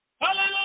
Hallelujah